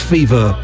Fever